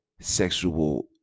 sexual